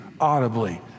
audibly